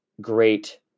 great